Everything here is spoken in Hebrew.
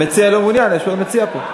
המציע לא מעוניין, המציע פה.